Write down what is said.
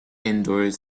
indoors